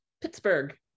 pittsburgh